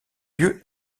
lieu